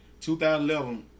2011